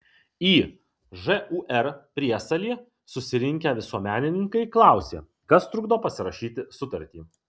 į žūr priesalį susirinkę visuomenininkai klausė kas trukdo pasirašyti sutartį